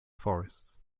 forests